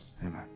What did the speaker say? Amen